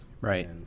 Right